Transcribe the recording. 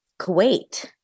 Kuwait